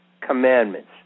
commandments